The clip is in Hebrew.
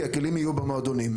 כי הכלים יהיו במועדונים.